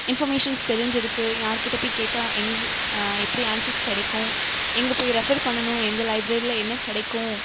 informations தெரிஞ்சுருக்கு யாருக்கிட்ட போய் கேட்டால் எங்கே எப்படி ஆன்சர்ஸ் கிடைக்கும் எங்கே போய் ரெஃபர் பண்ணணும் எந்த லைப்ரரியில் என்ன கிடைக்கும்